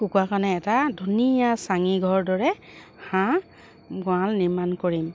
কুকুৰাৰ কাৰণে এটা ধুনীয়া চাঙীঘৰ দৰে হাঁহ গঁৰাল নিৰ্মাণ কৰিম